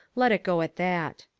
let it go at that.